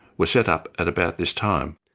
were set up at about this time.